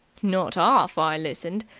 not arf i listened.